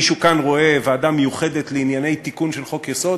אם מישהו כאן רואה ועדה מיוחדת לענייני תיקון של חוק-יסוד,